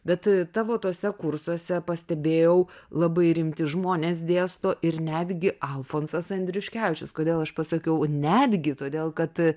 bet tavo tuose kursuose pastebėjau labai rimti žmonės dėsto ir netgi alfonsas andriuškevičius kodėl aš pasakiau netgi todėl kad